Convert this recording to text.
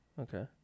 Okay